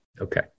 Okay